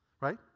right